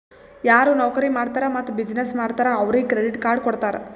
ಯಾರು ನೌಕರಿ ಮಾಡ್ತಾರ್ ಮತ್ತ ಬಿಸಿನ್ನೆಸ್ ಮಾಡ್ತಾರ್ ಅವ್ರಿಗ ಕ್ರೆಡಿಟ್ ಕಾರ್ಡ್ ಕೊಡ್ತಾರ್